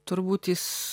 turbūt jis